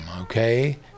okay